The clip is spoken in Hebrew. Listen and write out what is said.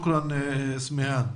תודה אסמהאן.